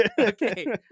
Okay